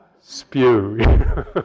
spew